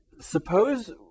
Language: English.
suppose